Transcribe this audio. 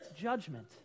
judgment